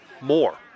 more